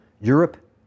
Europe